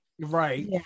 Right